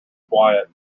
quiet